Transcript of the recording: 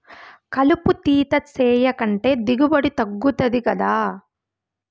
కలుపు తీత సేయకంటే దిగుబడి తగ్గుతది గదా